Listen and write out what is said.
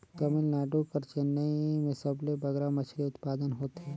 तमिलनाडु कर चेन्नई में सबले बगरा मछरी उत्पादन होथे